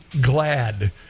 glad